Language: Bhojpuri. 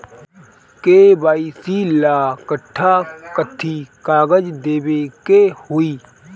के.वाइ.सी ला कट्ठा कथी कागज देवे के होई?